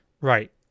Right